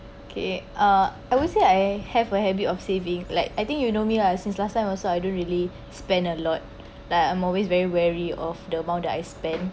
okay uh I would say I have a habit of saving like I think you know me lah since last time also I don't really spend a lot like I'm always very weary of the amount that I spend